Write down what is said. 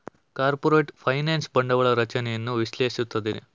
corporate finance ಬಂಡವಾಳ ರಚನೆಯನ್ನು ವಿಶ್ಲೇಷಿಸುತ್ತದೆ